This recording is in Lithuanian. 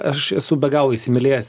aš esu be galo įsimylėjęs